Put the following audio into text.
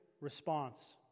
response